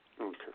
Okay